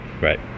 right